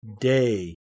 day